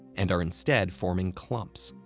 and are instead forming clumps.